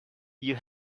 you